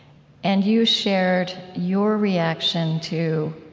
and you shared your reaction to